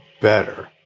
better